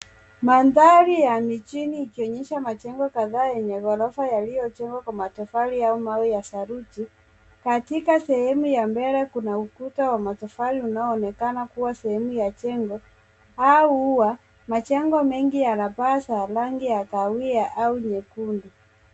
Mandhari ya mijini ikionyesha majengo kadhaa yenye gorofa yaliyo jengwa kwa matofari au mawe ya saruji katika sehemu ya mbele kuna ukuta wa matofari unaonekana kuwa sehemu ya jengo au ua. Majengo mengi yana paa za rangi ya kahawia au nyekundu.